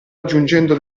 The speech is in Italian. aggiungendo